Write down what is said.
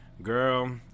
Girl